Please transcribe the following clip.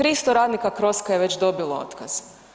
300 radnika Crosco-a je već dobilo otkaz.